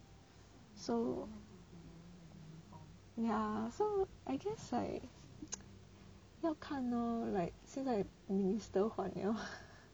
so ya so I guess like 要看 lor like 现在 minister 换 liao